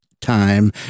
time